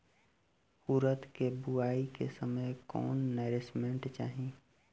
उरद के बुआई के समय कौन नौरिश्मेंट चाही?